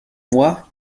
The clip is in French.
mois